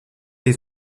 les